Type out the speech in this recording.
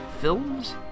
films